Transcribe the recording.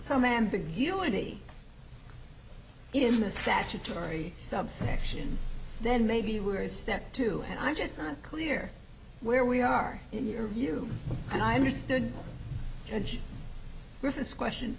some ambiguity in the statutory subsection then maybe we're in step two and i'm just not clear where we are in your view and i understand and refuse question